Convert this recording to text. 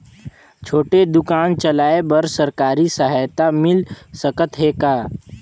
छोटे दुकान चलाय बर सरकारी सहायता मिल सकत हे का?